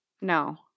no